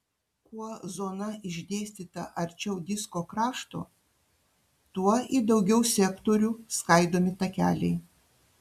kuo zona išdėstyta arčiau disko krašto tuo į daugiau sektorių skaidomi takeliai